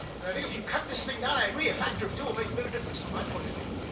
and i think if you cut this thing down i agree a factor of two won't make a bit of difference from my point of view.